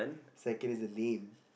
second is the name